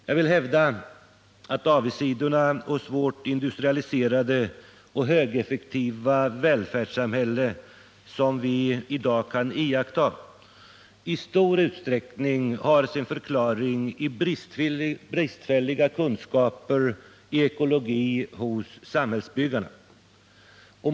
Jag vill hävda att avigsidorna hos vårt industrialiserade och högeffektiva välfärdssamhälle, som vi i dag kan iaktta, i stor utsträckning har sin förklaring i bristfälliga kunskaper i ekologi hos samhällsbyggarna.